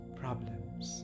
problems